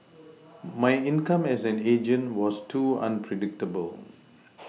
my income as an agent was too unpredictable